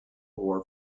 war